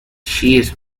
cheers